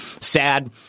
sad